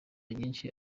nyinshi